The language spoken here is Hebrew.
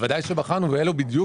בוודאי שבחנו ואלה בדיוק